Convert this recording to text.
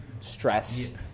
stress